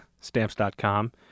Stamps.com